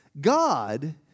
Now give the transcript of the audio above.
God